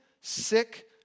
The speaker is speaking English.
sick